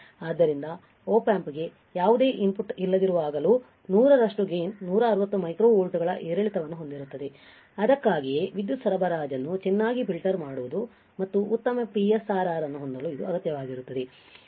ಆದ್ದರಿಂದ Op amp ಗೆ ಯಾವುದೇ ಇನ್ಪುಟ್ ಇಲ್ಲದಿರುವಾಗಲೂ 100 ರಷ್ಟು ಗೈನ್ 160 ಮೈಕ್ರೋ ವೋಲ್ಟ್ಗಳ ಏರಿಳಿತವನ್ನು ಹೊಂದಿರುತ್ತದೆ ಅದಕ್ಕಾಗಿಯೇ ವಿದ್ಯುತ್ ಸರಬರಾಜನ್ನು ಚೆನ್ನಾಗಿ ಫಿಲ್ಟರ್ ಮಾಡುವುದು ಮತ್ತು ಉತ್ತಮ PSRR ಅನ್ನು ಹೊಂದಲು ಇದು ಅಗತ್ಯವಾಗಿರುತ್ತದೆ